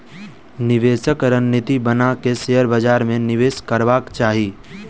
निवेशक रणनीति बना के शेयर बाजार में निवेश करबाक चाही